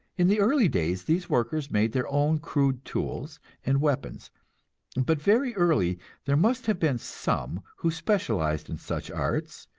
in the early days these workers made their own crude tools and weapons but very early there must have been some who specialized in such arts,